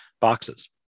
boxes